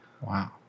Wow